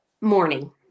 morning